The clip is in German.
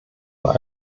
bei